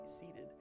seated